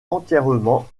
entièrement